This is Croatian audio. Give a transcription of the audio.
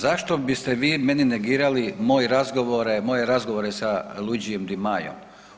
Zašto biste vi meni negirali moj razgovore, moje razgovore sa Luigi Di Majom?